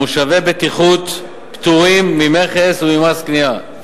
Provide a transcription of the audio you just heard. מושבי בטיחות פטורים ממכס וממס קנייה,